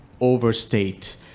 overstate